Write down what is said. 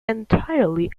entirely